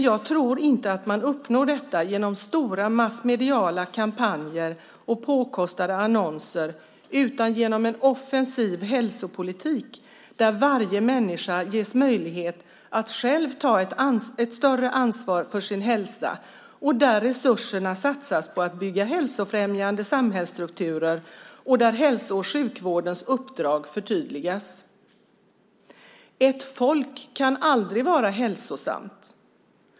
Jag tror dock inte att man uppnår detta genom stora massmediala kampanjer och påkostade annonser utan genom en offensiv hälsopolitik där varje människa ges möjlighet att själv ta ett större ansvar för sin hälsa, där resurserna satsas på att bygga hälsofrämjande samhällsstrukturer och där hälso och sjukvårdens uppdrag förtydligas. Ett folk kan aldrig vara hälsosamt.